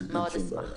אין בעיה.